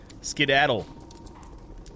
skedaddle